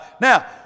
Now